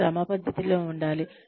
ఇది క్రమపద్ధతిలో ఉండాలి